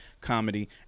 comedy